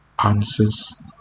answers